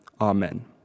Amen